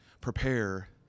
prepare